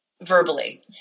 verbally